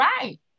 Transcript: right